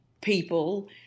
people